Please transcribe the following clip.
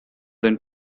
than